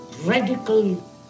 radical